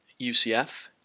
UCF